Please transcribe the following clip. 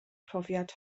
profiad